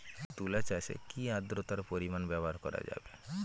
তুলা চাষে কি আদ্রর্তার পরিমাণ ব্যবহার করা যাবে?